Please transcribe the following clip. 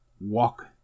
walk